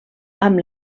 amb